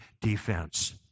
defense